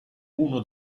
uno